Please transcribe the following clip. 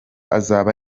azaba